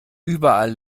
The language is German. überall